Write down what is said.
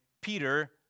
Peter